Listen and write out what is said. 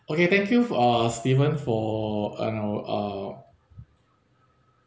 okay thank you for uh stephen for uh uh